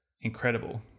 incredible